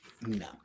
No